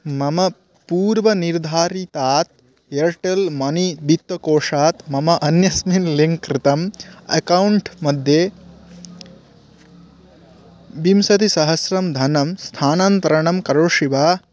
मम पूर्वनिर्धारितात् Airtel money वित्तकोषात् मम अन्यस्मिन् लिङ्क् कृतम् अकौण्ट् मध्ये विंशतिसहस्रं धनं स्थानान्तरं करोषि वा